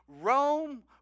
Rome